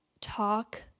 talk